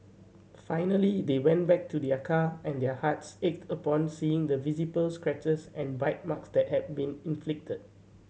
finally they went back to their car and their hearts ached upon seeing the visible scratches and bite marks that had been inflicted